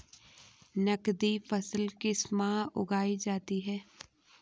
नकदी फसल किस माह उगाई जाती है?